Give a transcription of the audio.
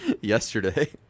yesterday